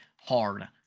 hard